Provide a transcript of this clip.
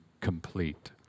complete